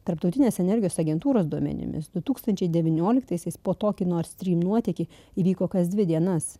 tarptautinės energijos agentūros duomenimis du tūkstančiai devynioliktaisiais po to kai nord strym nuotekį įvyko kas dvi dienas